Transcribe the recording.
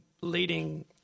leading